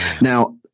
Now